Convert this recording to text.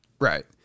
Right